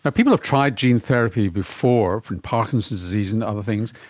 but people have tried gene therapy before from parkinson's disease and other things,